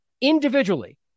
individually